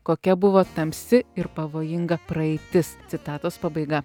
kokia buvo tamsi ir pavojinga praeitis citatos pabaiga